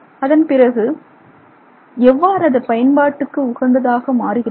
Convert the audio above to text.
அதன் பிறகு எவ்வாறு அது பயன்பாட்டுக்கு உகந்ததாக மாறுகிறது